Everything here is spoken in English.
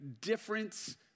difference